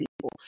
people